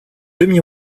demie